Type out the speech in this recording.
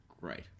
great